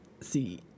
See